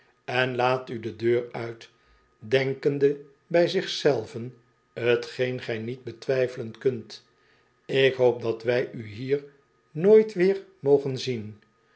en iaat u de deur uit denkende hij zich zei ven t geen gij niet betwijfelen kunt ik hoop dat wij u hier nooit weer mogen zien